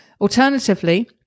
Alternatively